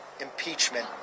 impeachment